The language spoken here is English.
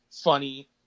funny